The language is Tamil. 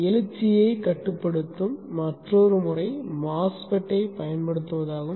எழுச்சியை கட்டுப்படுத்தும் மற்றொரு முறை MOSFET ஐப் பயன்படுத்துவதாகும்